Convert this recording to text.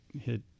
hit